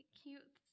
cute